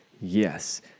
Yes